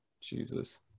Jesus